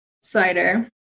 cider